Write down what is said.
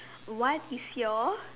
what is your